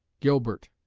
gilbert,